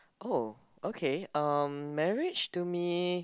oh okay um marriage to me